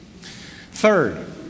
third